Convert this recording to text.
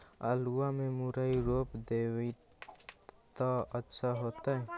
आलुआ में मुरई रोप देबई त अच्छा होतई?